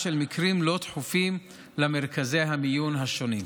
של מקרים לא דחופים למרכזי המיון השונים.